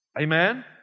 Amen